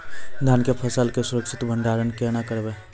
धान के फसल के सुरक्षित भंडारण केना करबै?